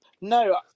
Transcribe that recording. no